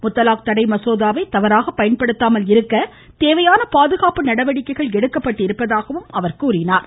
முத்தலாக் தடை மசோதாவை தவறாக பயன்படுத்தாமல் இருக்க தேவையான பாதுகாப்பு நடவடிக்கைகள் எடுக்கப்பட்டுள்ளதாகவும் அவர் தெரிவித்தார்